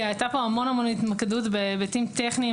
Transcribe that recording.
כי הייתה המון המון התמקדות בהיבטים טכניים